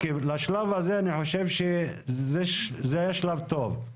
לשלב הזה אני חושב שזה היה שלב טוב,